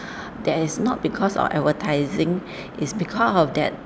that is not because our advertising it's because of that